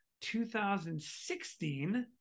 2016